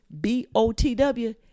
B-O-T-W